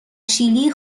شیلی